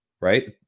right